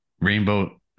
Rainbow